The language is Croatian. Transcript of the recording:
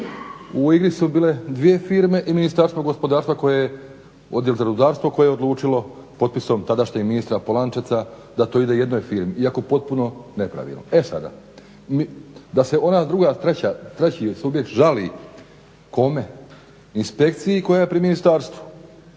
U igri su bile dvije firme i Ministarstvo gospodarstva koje, odjel za rudarstvo koje je odlučilo potpisom tadašnjeg ministra Polančeca da to ide jednoj firmi iako potpuno nepravilno. E sada, da se ona druga, treća, treći subjekt žali kome? Inspekciji koja je pri ministarstvu.